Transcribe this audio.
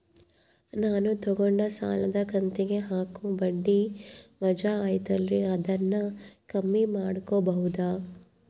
ನಾನು ತಗೊಂಡ ಸಾಲದ ಕಂತಿಗೆ ಹಾಕೋ ಬಡ್ಡಿ ವಜಾ ಐತಲ್ರಿ ಅದನ್ನ ಕಮ್ಮಿ ಮಾಡಕೋಬಹುದಾ?